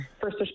first